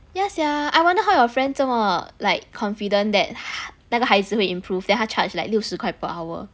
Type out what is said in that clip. yeah sia I wonder how your friends 这么 like confident that ha~ 那个孩子会 improve then 他 charge like 六十块 per hour